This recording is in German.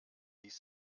ließ